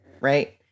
Right